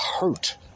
hurt